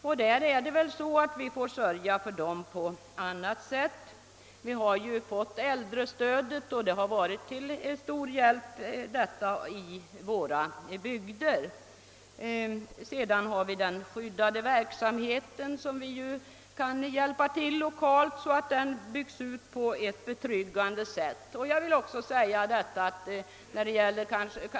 Vi bör väl sörja för dem på annat sätt. Vi har äldrestödet som varit till stor hjälp i våra bygder och vidare har vi den skyddade verksamheten, som vi ju kan hjälpa till att bygga ut lokalt på ett betryggande sätt.